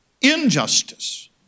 injustice